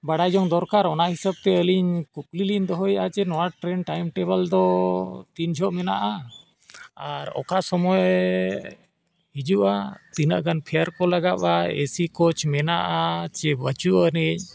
ᱵᱟᱰᱟᱭ ᱡᱚᱝ ᱫᱚᱨᱠᱟᱨ ᱚᱱᱟ ᱦᱤᱥᱟᱹᱵᱽ ᱛᱮ ᱟᱹᱞᱤᱧ ᱠᱩᱠᱞᱤ ᱞᱤᱧ ᱫᱚᱦᱚᱭᱮᱜᱼᱟ ᱡᱮ ᱱᱚᱣᱟ ᱴᱨᱮᱱ ᱴᱟᱭᱤᱢ ᱴᱮᱵᱚᱞ ᱫᱚ ᱛᱤᱱ ᱡᱚᱦᱚᱜ ᱢᱮᱱᱟᱜᱼᱟ ᱟᱨ ᱚᱠᱟ ᱥᱚᱢᱚᱭ ᱦᱤᱡᱩᱜᱼᱟ ᱛᱤᱱᱟᱹᱜ ᱜᱟᱱ ᱯᱷᱮᱭᱟᱨ ᱠᱚ ᱞᱟᱜᱟᱜᱼᱟ ᱮ ᱥᱤ ᱠᱳᱪ ᱢᱮᱱᱟᱜᱼᱟ ᱥᱮ ᱵᱟᱹᱪᱩᱜ ᱟᱹᱱᱤᱡ